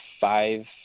five